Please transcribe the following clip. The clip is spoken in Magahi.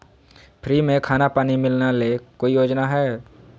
फ्री में खाना पानी मिलना ले कोइ योजना हय?